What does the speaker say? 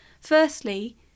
Firstly